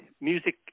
music